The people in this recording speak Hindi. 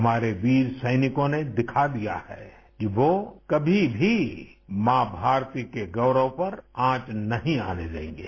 हमारे वीर सैनिकों ने दिखा दिया है कि वो कभी भी माँ भारती के गौरव पर आँच नहीं आने देंगे